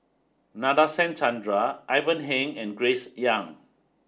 Nadasen Chandra Ivan Heng and Grace Young